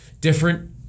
Different